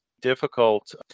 difficult